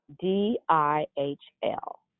D-I-H-L